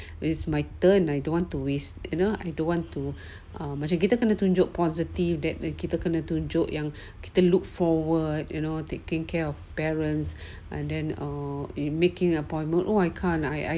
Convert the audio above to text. it's my turn I don't want to waste you know I don't want to um macam kita kena tunjuk positif that kita kena tunjuk yang kita kita look forward you know taking care of parents and then making an appointment oh I can't